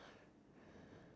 !wow! that's nice